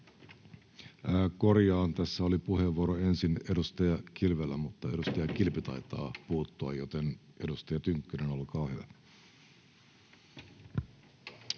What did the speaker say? Korjaan, tässä oli puheenvuoro ensin edustaja Kilvellä, mutta edustaja Kilpi taitaa puuttua, joten, edustaja Tynkkynen, olkaa hyvä.